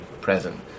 present